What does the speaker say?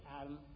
Adam